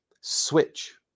switch